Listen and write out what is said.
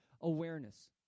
awareness